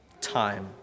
Time